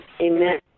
Amen